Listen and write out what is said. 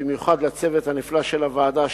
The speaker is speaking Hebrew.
ובמיוחד לצוות הנפלא של הוועדה,